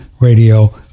radio